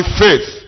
faith